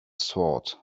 sword